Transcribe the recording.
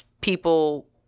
people